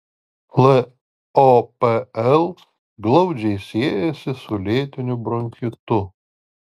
lopl glaudžiai siejasi su lėtiniu bronchitu